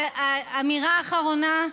אמירה אחרונה,